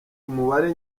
umubare